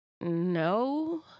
no